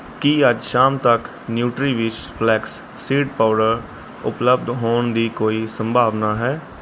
ਕੀ ਅੱਜ ਸ਼ਾਮ ਤੱਕ ਨਿਊਟ੍ਰੀਵਿਸ਼ ਫਲੈਕਸ ਸੀਡ ਪਾਊਡਰ ਉਪਲਬਧ ਹੋਣ ਦੀ ਕੋਈ ਸੰਭਾਵਨਾ ਹੈ